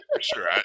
sure